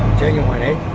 genuine, ah?